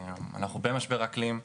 אנחנו במשבר אקלים,